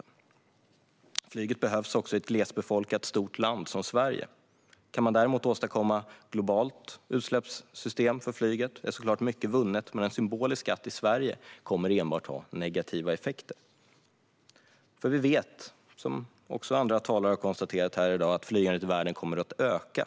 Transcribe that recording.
Och flyget behövs i ett glesbefolkat stort land som Sverige. Om man däremot kan åstadkomma ett globalt utsläppssystem för flyget är såklart mycket vunnet, men en symbolisk skatt i Sverige kommer enbart att ha negativa effekter. Vi vet, som också andra talare har konstaterat här i dag, att flygandet i världen kommer att öka.